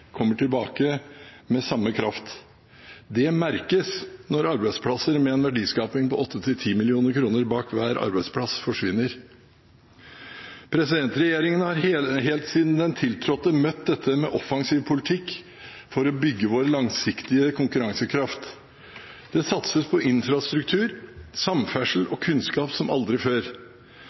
kommer tilbake med samme styrke. Det merkes når arbeidsplasser med en verdiskaping på 8–10 mill. kr bak hver arbeidsplass forsvinner. Regjeringen har helt siden den tiltrådte, møtt dette med offensiv politikk for å bygge vår langsiktige konkurransekraft. Det satses på infrastruktur, samferdsel og kunnskap som aldri før.